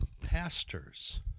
pastors